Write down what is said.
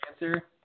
answer